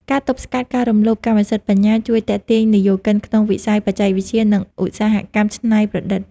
ការទប់ស្កាត់ការរំលោភកម្មសិទ្ធិបញ្ញា ជួយទាក់ទាញវិនិយោគិនក្នុងវិស័យបច្ចេកវិទ្យា និងឧស្សាហកម្មច្នៃប្រឌិត។